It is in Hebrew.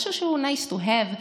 משהו שהוא nice to have,